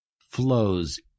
flows